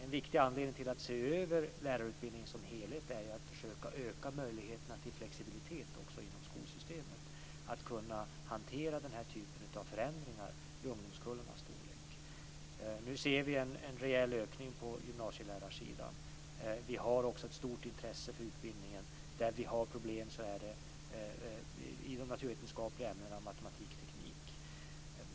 En viktig anledning att se över lärarutbildningen som helhet är ju att försöka öka möjligheterna till flexibilitet inom skolsystemet för att kunna hantera den här typen av förändringar i ungdomskullarnas storlek. Nu ser vi en rejäl ökning på gymnasielärarsidan. Vi har också ett stort intresse för utbildningen. Det är i de naturvetenskapliga ämnena, matematik och teknik, som vi har problem.